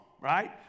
right